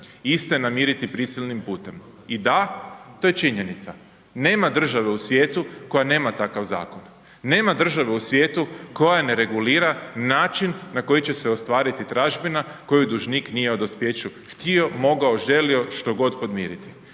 isti namiriti prisilnim putem i da, to je činjenica. Nema države u svijetu koja nema takav zakon, nema države u svijetu koja ne regulira način na koji će se ostvariti tražbina koju dužniku nije o dospijeću htio, mogao, želio što god podmiriti